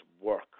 work